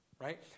right